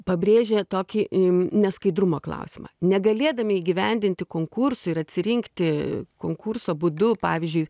pabrėžė tokį neskaidrumo klausimą negalėdami įgyvendinti konkursų ir atsirinkti konkurso būdu pavyzdžiui